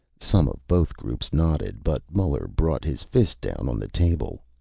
some of both groups nodded, but muller brought his fist down on the table.